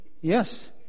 Yes